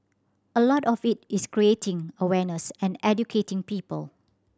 a lot of it is creating awareness and educating people